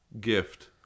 gift